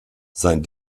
sein